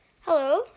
Hello